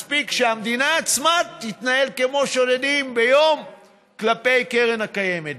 מספיק שהמדינה עצמה תתנהל כמו שודדים ביום כלפי הקרן הקיימת.